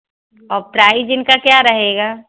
और प्राइज़ इनका क्या रहेगा